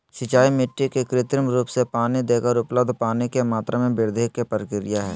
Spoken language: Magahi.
सिंचाई मिट्टी के कृत्रिम रूप से पानी देकर उपलब्ध पानी के मात्रा में वृद्धि के प्रक्रिया हई